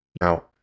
Now